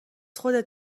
خودت